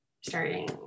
starting